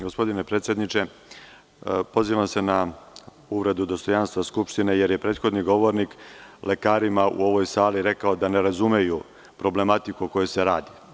Gospodine predsedniče, pozivam se na uvredu dostojanstva Skupštine, jer je prethodni govornik lekarima u ovoj sali rekao da ne razumeju problematiku o kojoj se radi.